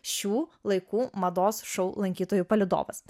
šių laikų mados šou lankytojų palydovas